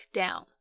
down